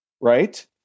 Right